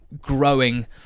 growing